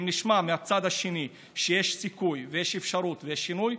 אם נשמע מהצד השני שיש סיכוי ויש אפשרות ויש שינוי,